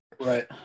Right